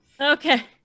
Okay